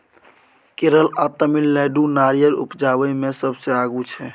केरल आ तमिलनाडु नारियर उपजाबइ मे सबसे आगू छै